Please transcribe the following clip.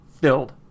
filled